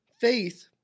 faith